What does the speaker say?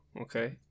Okay